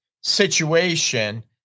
situation